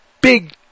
Big